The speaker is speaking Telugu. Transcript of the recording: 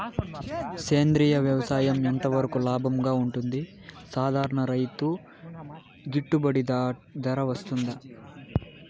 సేంద్రియ వ్యవసాయం ఎంత వరకు లాభంగా ఉంటుంది, సాధారణ రైతుకు గిట్టుబాటు ధర వస్తుందా?